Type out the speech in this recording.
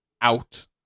out